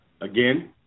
Again